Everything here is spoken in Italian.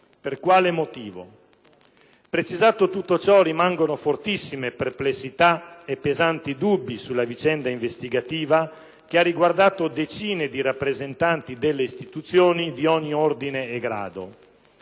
(per quale motivo?). Precisato tutto ciò, rimangono fortissime perplessità e pesanti dubbi sulla vicenda investigativa che ha riguardato decine di rappresentanti delle istituzioni di ogni ordine e grado.